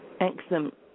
Excellent